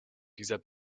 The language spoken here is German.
dieser